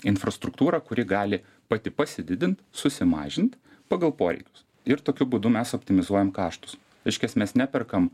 infrastruktūrą kuri gali pati pasididint susimažint pagal poreikius ir tokiu būdu mes optimizuojam kaštus reiškias mes neperkam